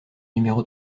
numéro